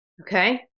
Okay